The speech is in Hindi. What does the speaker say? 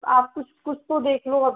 आप कुछ कुछ तो देख लो अभी